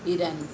Iran